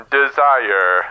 desire